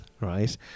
right